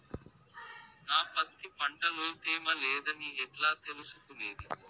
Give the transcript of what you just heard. నా పత్తి పంట లో తేమ లేదని ఎట్లా తెలుసుకునేది?